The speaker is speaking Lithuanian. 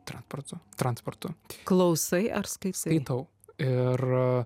transportu transportu klausai ar skaitau ir